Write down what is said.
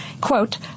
Quote